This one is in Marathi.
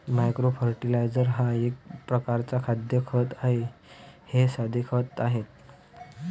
मायक्रो फर्टिलायझर हा एक प्रकारचा खाद्य खत आहे हे साधे खते आहेत